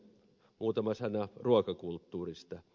muutama sana ruokakulttuurista